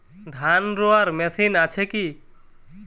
ধান রোয়ার মেশিন আছে কি?